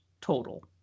total